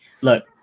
look